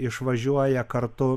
išvažiuoja kartu